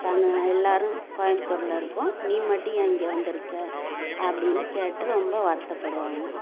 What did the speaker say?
சன்னு எல்லோரும் கோயமுத்தூர்ல இருக்கோம் நீ மட்டும் ஏன் இங்கே வந்து இருக்க அப்படின்னு கேட்டு ரொம்ப வருத்தப்படுவாங்க